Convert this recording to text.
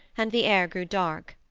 and the air grew dark.